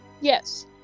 Yes